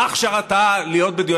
מה הכשרתה להיות בדיונים?